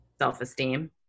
self-esteem